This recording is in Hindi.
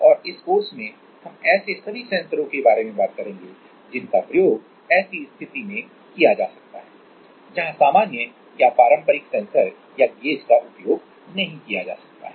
और इस कोर्स में हम ऐसे सभी सेंसरों के बारे में बात करेंगे जिनका प्रयोग ऐसी स्थिति में किया जा सकता है जहां सामान्य या पारंपरिक सेंसर या गेज का उपयोग नहीं किया जा सकता है